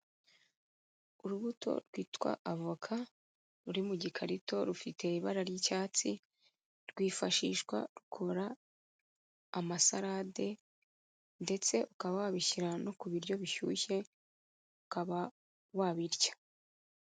Urubuto rwitwa avoka, ruri mu gikarito rufite ibara ry'icyatsi, rwifashishwa rukora amasarade ndetse ukaba wabishyira no ku biryo bishyushye ukaba wabirya.